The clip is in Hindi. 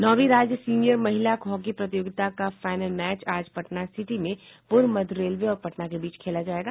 नौवीं राज्य सीनियर महिला हॉकी प्रतियोगिता का फाइनल मैच आज पटना सिटी में पूर्व मध्य रेलवे और पटना के बीच खेला जायेगा